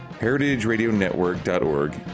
HeritageRadioNetwork.org